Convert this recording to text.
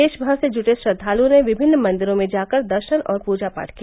देश भर से जुटे श्रद्वालुओं ने विभिन्न मंदिरो में जाकर दर्शन और पूजा पाठ किया